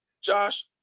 Josh